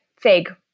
Fig